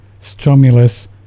stromulus